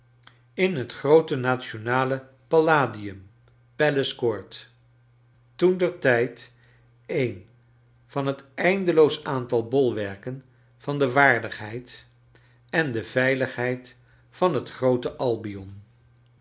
in het groote nationale palladium gen palace court toen ter tijd een van het eindeloos aantal bolwerken van de waardigheid en de veiligheid van het groote albion